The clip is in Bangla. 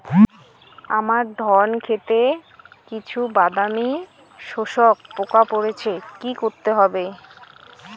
আমার ধন খেতে কিছু বাদামী শোষক পোকা পড়েছে কি করতে হবে?